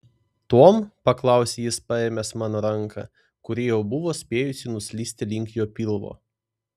tuom paklausė jis paėmęs mano ranką kuri jau buvo spėjusi nuslysti link jo pilvo